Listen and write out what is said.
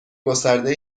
گسترده